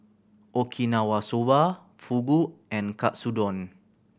Okinawa Soba Fugu and Katsudon